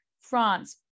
France